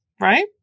Right